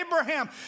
Abraham